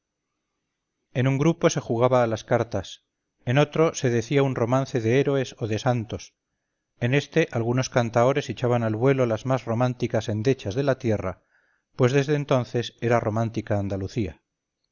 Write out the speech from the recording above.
en un grupo se jugaba a las cartas en otro se decía un romance de héroes o de santos en este algunos cantaores echaban al vuelo las más románticas endechas de la tierra pues desde entonces era romántica andalucía